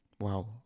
wow